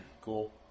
Cool